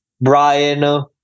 Brian